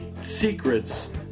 secrets